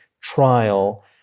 trial